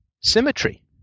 symmetry